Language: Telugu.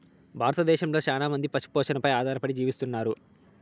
భారతదేశంలో చానా మంది పశు పోషణపై ఆధారపడి జీవిస్తన్నారు